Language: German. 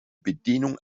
bedienung